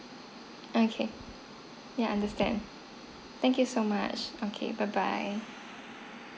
okay yeah understand thank you so much okay bye bye